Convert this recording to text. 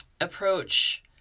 approach